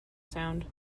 sound